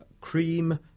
cream